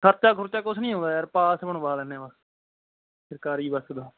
ਖਰਚਾ ਖੁਰਚਾ ਕੁਛ ਨਹੀਂ ਹੋਇਆ ਯਾਰ ਪਾਸ ਬਣਵਾ ਲੈਂਦੇ ਵਾ ਸਰਕਾਰੀ ਬੱਸ ਦਾ